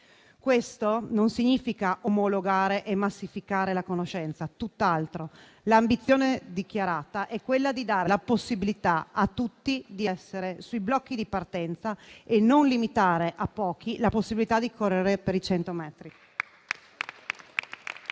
Questo non significa omologare e massificare la conoscenza, tutt'altro. L'ambizione dichiarata è quella di dare la possibilità a tutti di essere sui blocchi di partenza e non limitare a pochi la possibilità di correre i cento metri.